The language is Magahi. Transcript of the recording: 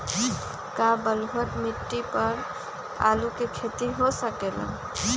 का बलूअट मिट्टी पर आलू के खेती हो सकेला?